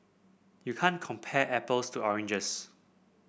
you can't compare apples to oranges